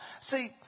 see